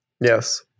Yes